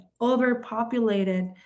overpopulated